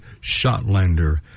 Shotlander